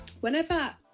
Whenever